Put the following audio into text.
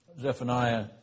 Zephaniah